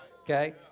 Okay